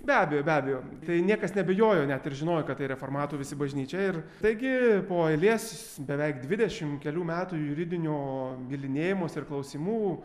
be abejo be abejo tai niekas neabejojo net ir žinojo kad tai reformatų visi bažnyčia ir taigi po eilės beveik dvidešim kelių metų juridinio bylinėjimosi ir klausimų